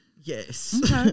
Yes